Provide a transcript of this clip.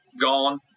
gone